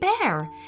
bear